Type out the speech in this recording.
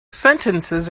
sentences